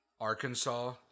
Arkansas